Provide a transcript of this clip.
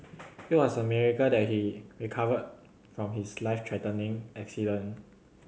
it was a miracle that he recovered from his life threatening accident